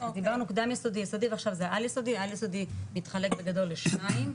היסודי זה על יסודי שמתחלק בגדול לשניים,